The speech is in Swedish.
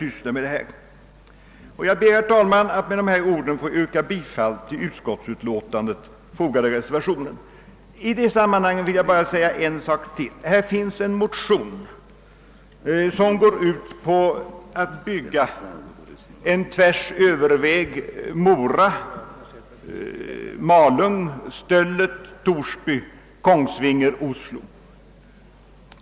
Jag ber med detta, herr talman, att få yrka bifall till reservationen 1 b. Låt mig också säga några ord om motionsparet I:238 och II: 306, som går ut på att det skall byggas en »tvärsöverväg» Mora—Malung—Torsby—Kongsvinger—Oslo.